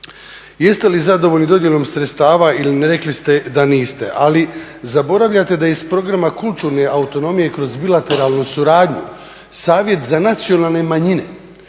Jeste li zadovoljni dodjelom sredstava ili ne, rekli ste da niste, ali zaboravljate da iz programa kulturne autonomije kroz bilateralnu suradnju Savjet za nacionalne manjine